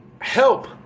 Help